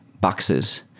boxes